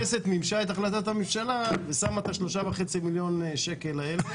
הכנסת מימשה את החלטת הממשלה ושמה את ה-3.5 מיליון שקלים האלה.